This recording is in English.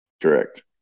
correct